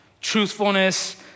truthfulness